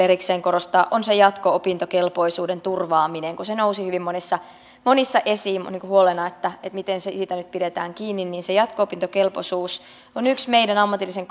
erikseen korostaa on se jatko opintokelpoisuuden turvaaminen kun se nousi hyvin monella esiin huolena miten siitä nyt pidetään kiinni se jatko opintokelpoisuus on yksi meidän ammatillisen